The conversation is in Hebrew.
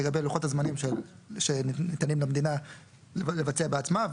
לגבי לוחות הזמנים שניתנים למדינה לבצע בעצמה.